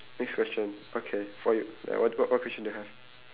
next question okay for you like what what what question do you have